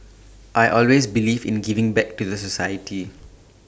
I always believe in giving back to the society